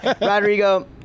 Rodrigo